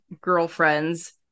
girlfriends